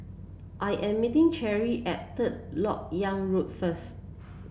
I am meeting Cherri at Third LoK Yang Road first